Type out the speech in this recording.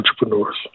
entrepreneurs